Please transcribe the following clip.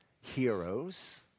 heroes